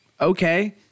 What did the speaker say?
okay